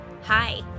Hi